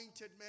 men